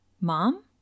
mom